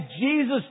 Jesus